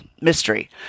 mystery